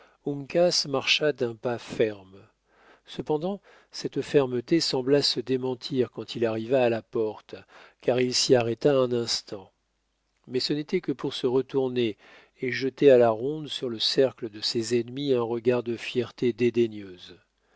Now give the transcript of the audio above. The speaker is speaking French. marcha d'un pas ferme cependant cette fermeté sembla se démentir quand il arriva à la porte car il s'y arrêta un instant mais ce n'était que pour se retourner et jeter à la ronde sur le cercle de ses ennemis un regard de fierté